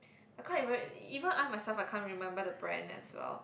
I can't even even I myself I can't remember the brand as well